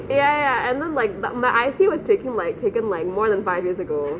ya I look like b~ my I_C was taken like taken like more than five years ago